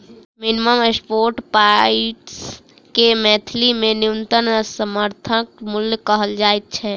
minimum support price के मैथिली मे न्यूनतम समर्थन मूल्य कहल जाइत छै